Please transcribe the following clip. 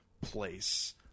place